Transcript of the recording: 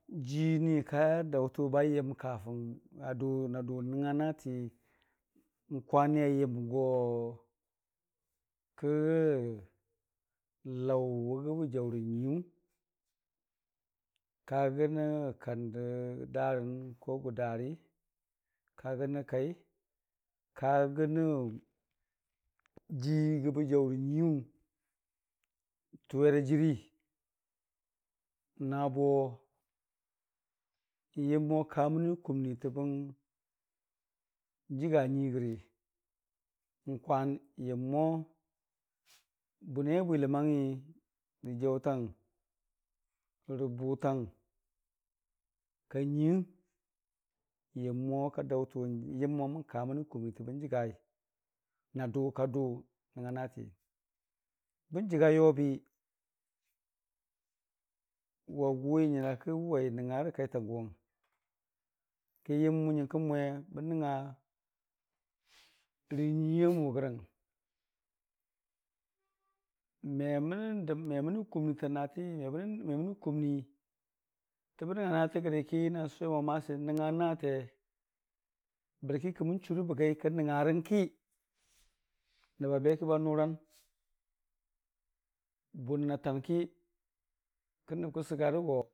Jiini ka daʊtən bayə nadʊ n'nəngnga nate, n'kwan, ni ayəmgo kəgə laʊ wʊbəgə jaʊrə nyuiiyu, ka gənə kandə darən rə gʊdari, ka gənə kai ka gəni jii bəgə jaʊ rə nyuiyʊ tʊwera jɨrii nabo n'yəmmo kamənə kumnitəbəng jəga nyuii gəri, n'kwan yəmmo bʊnai abwilə mangngi rə jaʊtang rə bʊtang ka nyuiiyəng yəmmo kadaʊtən n'yəm mo mən ka mənə kumnii rə bən jəgai nadʊ kadʊ n'nəng nga naati. Bən jəga yobi wa gʊwi nyərakə wai nəngngarərə kaitan gʊwʊng ki n'yəm mwe nyəraki bən nəngnga rə nyuiiyamʊ gərəng memənə kumnii ta nati məmənə kumniitə bən nəngnga natə gəri ki na n'sʊwe momasi n'nəngnga naatee bərki kəmən durə bəgai kə nəngngarəngki nəbbabeki ba nʊran bʊnən atanki nəbkə.